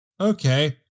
okay